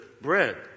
bread